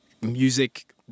music